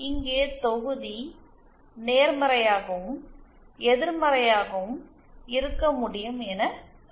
இங்கே தொகுதி நேர்மறையாகவும் எதிர்மறையாகவும் இருக்க முடியும் என கொள்ளலாம்